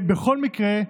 בכל מקרה,